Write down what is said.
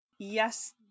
Yes